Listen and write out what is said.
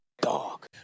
Dog